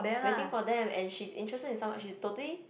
waiting for them and she's interested in someone she totally